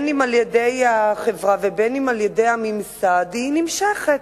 אם על-ידי החברה ואם על-ידי הממסד, נמשכת.